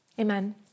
Amen